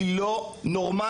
היא לא נורמאלית.